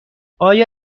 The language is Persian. آیا